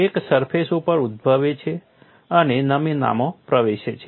crack surface ઉપર ઉદ્ભવે છે અને નમૂનામાં પ્રવેશે છે